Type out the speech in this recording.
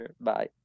Bye